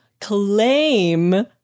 claim